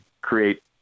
create